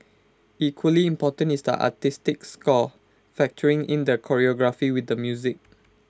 equally important is the artistic score factoring in the choreography with the music